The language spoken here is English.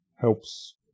helps